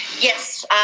Yes